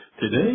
Today